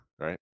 right